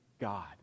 God